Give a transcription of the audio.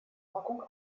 packung